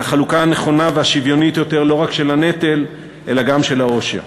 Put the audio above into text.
את החלוקה הנכונה והשוויונית יותר לא רק של הנטל אלא גם של העושר.